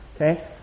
Okay